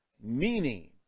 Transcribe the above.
Meaning